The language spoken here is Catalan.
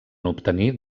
obtenir